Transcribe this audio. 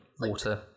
water